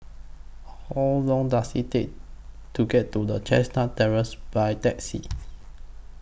How Long Does IT Take to get to The Chestnut Terrace By Taxi